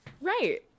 right